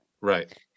Right